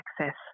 access